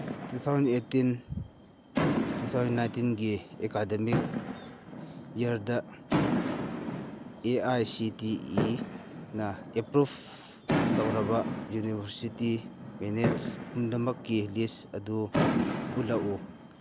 two thousand eighteen two thousand ꯅꯥꯏꯟꯇꯤꯟꯒꯤ academic ꯏꯌꯔꯗ A I C T ꯏꯅ approve ꯇꯧꯔꯕ ꯌꯨꯅꯤꯚꯔꯁꯤꯇꯤ ꯃꯦꯅꯦꯁ ꯄꯨꯝꯅꯃꯛꯀꯤ ꯂꯤꯁ ꯑꯗꯨ ꯎꯠꯂꯛꯎ